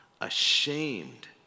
Ashamed